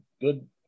good